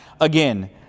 again